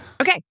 Okay